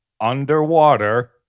underwater